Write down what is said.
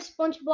spongebob